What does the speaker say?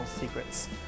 secrets